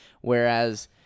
whereas